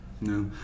No